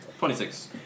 26